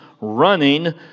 running